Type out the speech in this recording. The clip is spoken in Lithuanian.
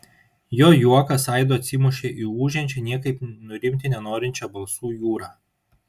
jo juokas aidu atsimušė į ūžiančią niekaip nurimti nenorinčią balsų jūrą